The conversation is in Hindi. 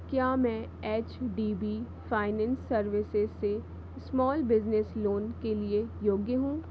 क्या मैं H D B finance services से स्मॉल बिज़नेस लोन के लिए योग्य हूँ